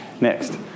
next